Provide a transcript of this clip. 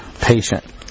patient